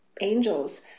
angels